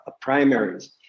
primaries